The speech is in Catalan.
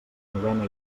novena